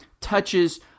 touches